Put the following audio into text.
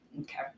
Okay